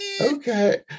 okay